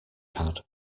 pad